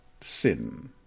sin